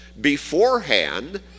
beforehand